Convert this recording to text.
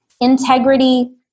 Integrity